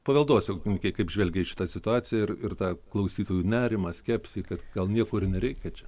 paveldosaugininkai kaip žvelgia į šitą situaciją ir ir tą klausytojų nerimą skepsį kad gal niekur nereikia čia